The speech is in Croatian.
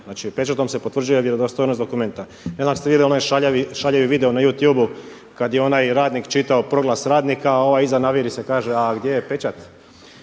Znači pečatom se potvrđuje vjerodostojnost dokumenta. Ne znam ako ste vidjeli onaj šaljivi vidio na youtube kada je onaj radnik čitao proglas radnika a ovaj iza naviri se i kaže a gdje je pečat.